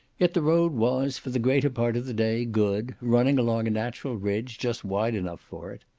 yet the road was, for the greater part of the day, good, running along a natural ridge, just wide enough for it.